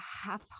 half